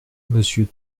monsieur